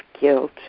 guilt